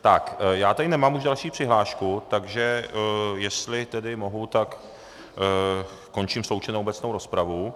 Tak já tady nemám už další přihlášku, takže jestli tedy mohu, tak končím sloučenou obecnou rozpravu.